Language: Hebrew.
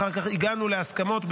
אחר כך הגענו להסכמות,